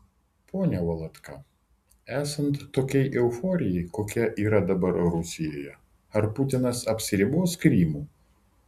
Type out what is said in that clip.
pone valatka esant tokiai euforijai kokia yra dabar rusijoje ar putinas apsiribos krymu